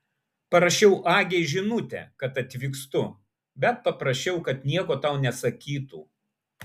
parašiau agei žinutę kad atvykstu bet paprašiau kad nieko tau nesakytų